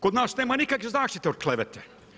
Kod nas nema nikakve zaštite od klevete.